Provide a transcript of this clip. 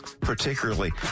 particularly